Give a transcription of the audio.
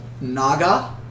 Naga